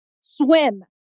swim